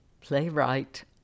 Playwright